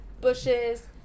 Bushes